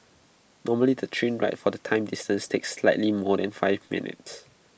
normally the train ride for the same distance takes slightly more than five minutes